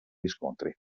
riscontri